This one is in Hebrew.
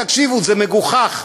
תקשיבו, זה מגוחך,